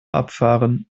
abfahren